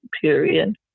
period